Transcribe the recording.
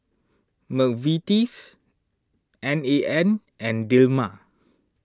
Mcvitie's N A N and Dilmah